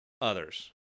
others